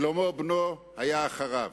שלמה בנו היה אחריו.